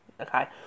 Okay